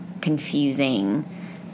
confusing